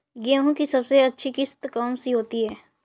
गेहूँ की सबसे अच्छी किश्त कौन सी होती है?